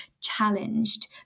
challenged